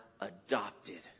adopted